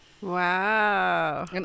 wow